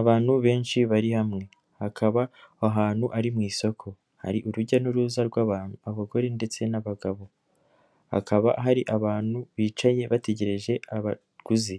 Abantu benshi bari hamwe hakaba aho hantu ari mu isoko, hari urujya n'uruza rw'abantu abagore ndetse n'abagabo, hakaba hari abantu bicaye bategereje abaguzi,